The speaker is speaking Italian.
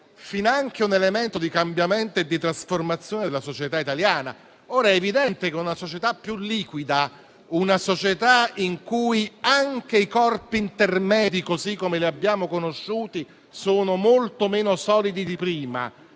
inciso un elemento di cambiamento e di trasformazione della società italiana. È evidente che in una società più liquida anche i corpi intermedi, così come li abbiamo conosciuti, sono molto meno solidi di prima;